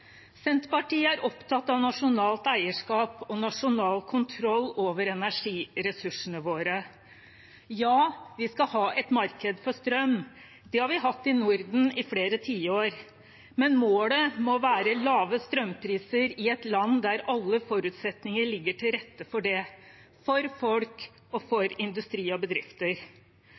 Senterpartiet er opptatt av nasjonalt eierskap og nasjonal kontroll over energiressursene våre. Ja, vi skal ha et marked for strøm. Det har vi hatt i Norden i flere tiår, men målet må være lave strømpriser i et land der alle forutsetninger ligger til rette for det, for folk, for industri og bedrifter.